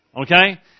Okay